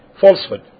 falsehood